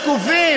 יהיה בהסכמה,